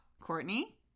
Courtney